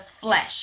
flesh